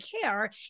care